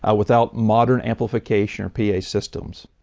ah without modern amplification or p a. systems.